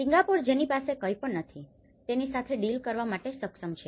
Singapore જેની પાસે કંઈપણ નથી જે તેની સાથે ડીલ કરવા માટે સક્ષમ છે